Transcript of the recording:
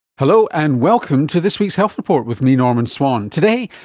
hello and welcome to this week's health report with me, norman swan. today,